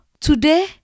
today